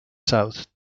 south